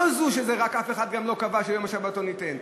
לא רק שאף אחד לא קבע שיום השבתון ייתן,